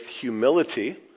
humility